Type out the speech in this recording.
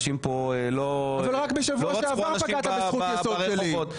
רק בשבוע שעבר פגעת בזכות יסוד שלי.